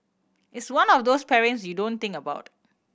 it's one of those pairings you don't think about